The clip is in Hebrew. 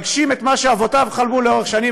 מה שאבותיו חלמו לאורך שנים,